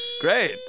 Great